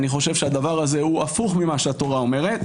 אני חושב שהדבר הזה הוא הפוך ממה שהתורה אומרת,